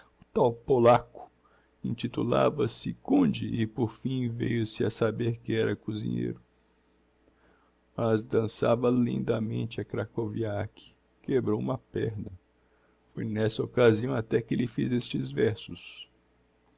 tal polaco intitulava-se conde e porfim veiu se a saber que era cozinheiro mas dansava lindamente a krakoviak quebrou uma perna foi n'essa occasião até que lhe fiz estes versos